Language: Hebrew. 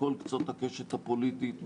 מכל קצות הקשת הפוליטית,